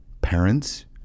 parents